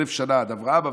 אלף שנה עד אברהם,